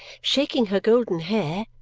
shaking her golden hair,